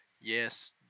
Yes